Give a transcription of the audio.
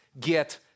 get